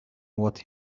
what